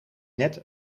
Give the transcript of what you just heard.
net